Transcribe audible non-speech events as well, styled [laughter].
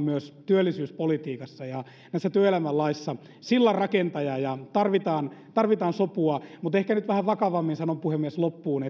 [unintelligible] myös työllisyyspolitiikassa ja näissä työelämän laeissa sillanrakentaja ja tarvitaan tarvitaan sopua ehkä nyt vähän vakavammin sanon loppuun puhemies